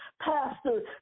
pastor